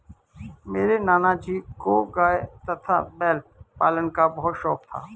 मेरे नाना जी को गाय तथा बैल पालन का बहुत शौक था